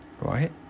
right